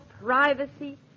privacy